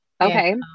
Okay